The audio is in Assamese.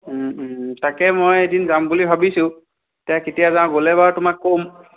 তাকে মই এদিন যাম বুলি ভাবিছোঁ এতিয়া কেতিয়া যাওঁ গ'লে বাৰু তোমাক ক'ম